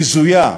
בזויה,